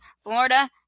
Florida